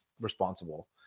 responsible